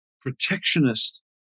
protectionist